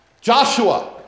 Joshua